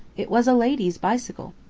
it was a lady's bicycle!